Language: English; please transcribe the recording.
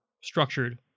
structured